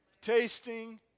tasting